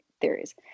theories